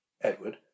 Edward